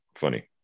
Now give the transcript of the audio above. funny